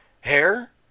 hair